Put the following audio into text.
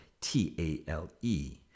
T-A-L-E